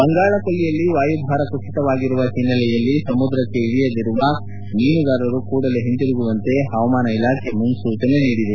ಬಂಗಾಳ ಕೊಲ್ಲಿಯಲ್ಲಿ ವಾಯುಭಾರ ಕುಸಿತವಾಗಿರುವ ಹಿನ್ನೆಲೆಯಲ್ಲಿ ಸಮುದ್ರಕ್ಷೆ ಇಳಿದಿರುವ ಮೀನುಗಾರರು ಕೂಡಲೇ ಹಿಂತಿರುಗುವಂತೆ ಹವಾಮಾನ ಇಲಾಖೆ ಸೂಚನೆ ರವಾನಿಸಿದೆ